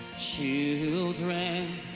Children